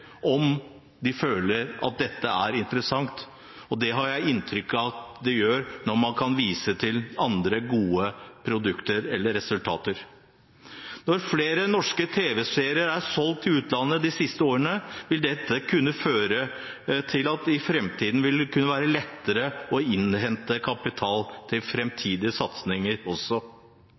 om de føler at dette er interessant. Det har jeg inntrykk av at de gjør når man viser til andre gode produkter eller resultater. Når flere norske tv-serier er solgt til utlandet de siste årene, vil dette kunne føre til at det i framtiden vil være lettere å innhente kapital til framtidige satsinger. Jeg ønsker at det også